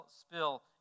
spill